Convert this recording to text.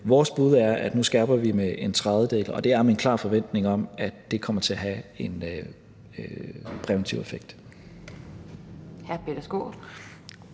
Vores bud er, at vi nu skærper det med en tredjedel, og det er med en klar forventning om, at det kommer til at have en præventiv effekt.